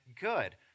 good